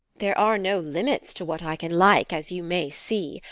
there are no limits to what i can like, as you may see.